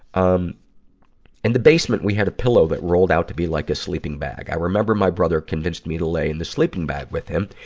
um and the basement, we had a pillow that rolled out to be like a sleeping bag. i remember my brother convinced me to lay in the sleeping bag with him.